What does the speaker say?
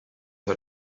her